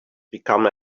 become